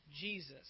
Jesus